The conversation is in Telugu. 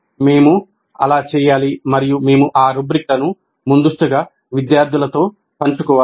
మేము అలా చేయాలి మరియు మేము ఆ రుబ్రిక్లను ముందస్తుగా విద్యార్థులతో పంచుకోవాలి